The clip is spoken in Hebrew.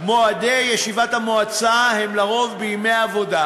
מועדי ישיבת המועצה הם לרוב בימי עבודה,